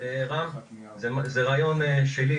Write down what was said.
זה רעיון שלי,